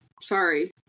Sorry